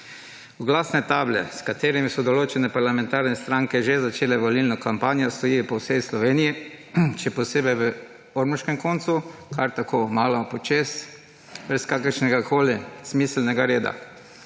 Oglasne table, s katerimi so določene parlamentarne stranke že začele volilno kampanjo, stojijo po vsej Sloveniji, še posebej v ormoškem koncu kar tako malo počez, brez kakršnegakoli smiselnega reda.